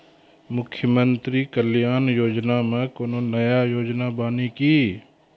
मुख्यमंत्री कल्याण योजना मे कोनो नया योजना बानी की?